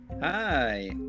hi